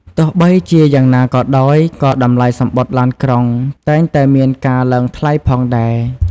ទោះបីជាយ៉ាងណាក៏ដោយ ក៏តម្លៃសំបុត្រឡានក្រុងតែងតែមានការឡើងថ្លៃផងដែរ។